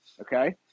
okay